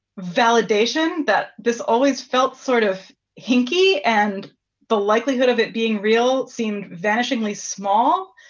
validation that this always felt sort of hinky and the likelihood of it being real seemed vanishingly small.